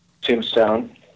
Tombstone